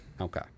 Okay